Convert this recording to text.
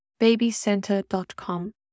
BabyCenter.com